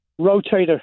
rotator